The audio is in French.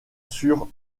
sur